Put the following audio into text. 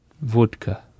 Vodka